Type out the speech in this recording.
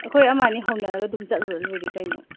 ꯑꯩꯈꯣꯏ ꯑꯃ ꯑꯅꯤ ꯍꯧꯅꯔꯒ ꯑꯗꯨꯝ ꯆꯠꯂꯨꯔ ꯂꯣꯏꯔꯦ ꯀꯩꯅꯣ